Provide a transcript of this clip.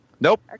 Nope